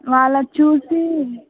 వాళ్ళది చూసి